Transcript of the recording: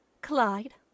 Clyde